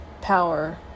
power